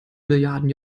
milliarden